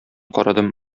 карадым